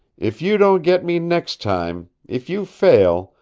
if you don't get me next time if you fail,